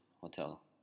hotel